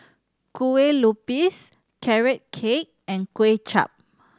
Kueh Lupis Carrot Cake and Kuay Chap